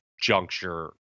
juncture